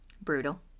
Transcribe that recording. Brutal